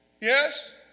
Yes